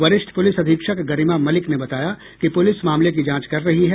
वरिष्ठ पुलिस अधीक्षक गरिमा मलिक ने बताया कि पुलिस मामले की जांच कर रही है